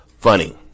funny